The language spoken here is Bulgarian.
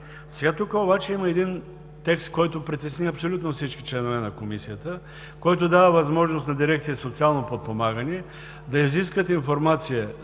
цяло. Тук обаче има един текст, който притесни абсолютно всички членове на Комисията. Той дава възможност на Дирекция „Социално подпомагане“ да изиска информация,